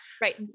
right